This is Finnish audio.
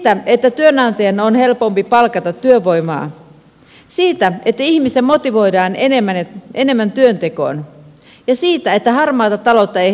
siitä että työnantajan on helpompi palkata työvoimaa siitä että ihmisiä motivoidaan enemmän työntekoon ja siitä että harmaata taloutta ehkäistään